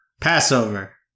Passover